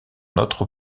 notre